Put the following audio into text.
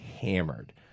Hammered